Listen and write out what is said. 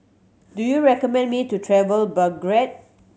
do you recommend me to travel Belgrade